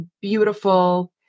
beautiful